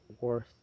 worth